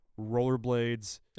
rollerblades